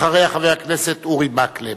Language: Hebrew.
אחריה, חבר הכנסת אורי מקלב.